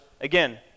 again